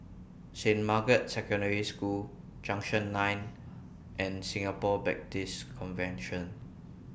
Saint Margaret's Secondary School Junction nine and Singapore Baptist Convention